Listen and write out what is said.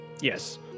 Yes